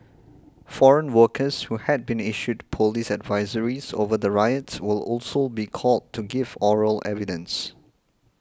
foreign workers who had been issued police advisories over the riot will also be called to give oral evidence